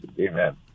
Amen